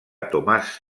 tomàs